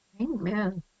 Amen